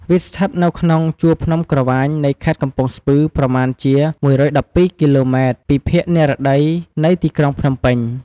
វាស្ថិតនៅក្នុង ជួរភ្នំក្រវាញ នៃខេត្តកំពង់ស្ពឺ ប្រមាណជា ១១២ គីឡូម៉ែត្រ ពីភាគនិរតីនៃទីក្រុងភ្នំពេញ។